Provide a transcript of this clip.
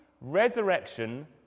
resurrection